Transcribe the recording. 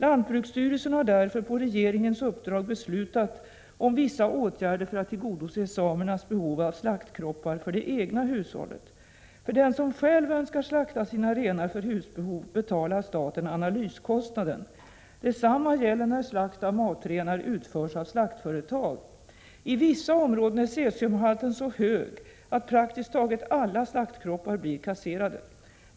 Lantbruksstyrelsen har därför på regeringens uppdrag beslutat om vissa åtgärder för att tillgodose samernas behov av slaktkroppar för det egna hushållet. För den som själv önskar slakta sina renar för husbehov betalar staten analyskostnaden. Detsamma gäller när slakt av matrenar utförs av slaktföretag. I vissa områden är cesiumhalten så hög att praktiskt taget alla slaktkroppar blir kasserade.